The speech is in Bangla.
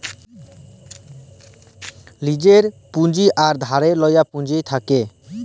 লীজের পুঁজি আর ধারে লিয়া পুঁজি থ্যাকে